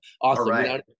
Awesome